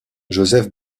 joseph